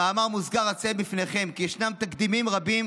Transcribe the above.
במאמר מוסגר אציין בפניכם כי יש תקדימים רבים